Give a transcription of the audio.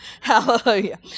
Hallelujah